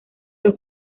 los